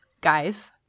guys